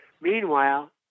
Meanwhile